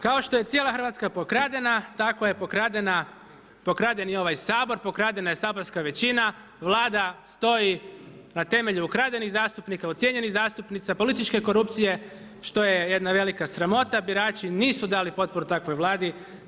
Kao što je cijela Hrvatska pokradena tako je pokraden i ovaj sabor, pokradena je saborska većina, Vlada stoji na temelju ukradenih zastupnika, ucijenjenih zastupnika, političke korupcije što je jedna velika sramota, birači nisu dali potporu takvoj Vladi.